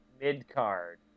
mid-card